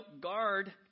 guard